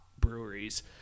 breweries